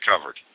covered